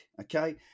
okay